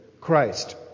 Christ